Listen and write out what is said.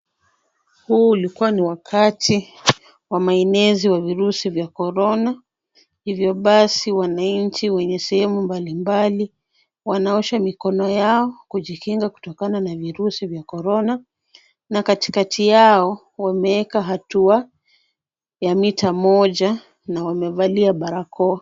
Huu ulikua ni wakati wa maenezi wa virusi vya korona, hivyo basi wananchi wenye sehemu mbalimbali wanaosha mikono yao kujikinga kutokana na virusi vya korona na katikati yao wameeka hatua ya mita moja na wamevalia barakoa.